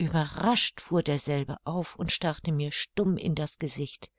ueberrascht fuhr derselbe auf und starrte mir stumm in das gesicht